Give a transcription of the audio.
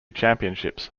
championships